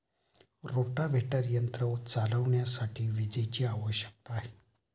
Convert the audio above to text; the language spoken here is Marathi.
रोटाव्हेटर यंत्र चालविण्यासाठी विजेची आवश्यकता आहे